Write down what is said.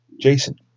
Jason